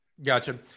Gotcha